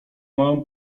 małym